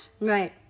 Right